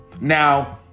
Now